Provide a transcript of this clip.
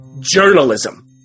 journalism